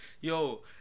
Yo